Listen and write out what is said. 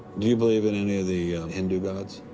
do you believe in any of the hindu gods?